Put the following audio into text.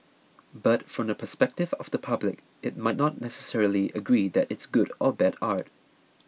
but from the perspective of the public it might not necessarily agree that it's good or bad art